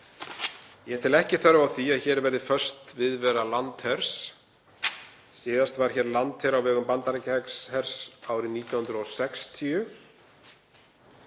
Ég tel ekki þörf á því að hér verði föst viðvera landhers. Síðast var hér landher á vegum Bandaríkjahers árið 1960.